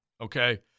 okay